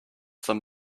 some